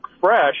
fresh